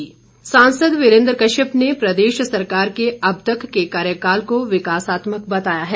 वीरेंद्र कश्यप सांसद वीरेन्द्र कश्यप ने प्रदेश सरकार के अबतक के कार्यकाल को विकासात्मक बताया है